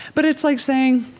but it's like saying,